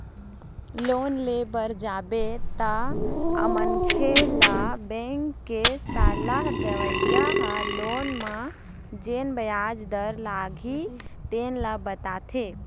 loan ले बर जाबे तअमनखे ल बेंक के सलाह देवइया ह लोन म जेन बियाज दर लागही तेन ल बताथे